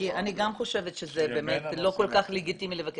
אני גם חושבת שזה לא כל כך לגיטימי לבקש